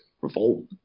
Revolt